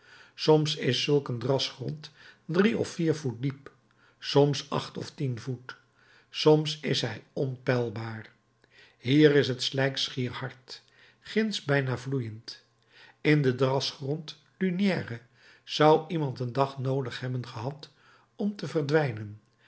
soms is zulk een drasgrond drie of vier voet diep soms acht of tien voet soms is hij onpeilbaar hier is het slijk schier hard ginds bijna vloeiend in den drasgrond lunière zou iemand een dag noodig hebben gehad om te verdwijnen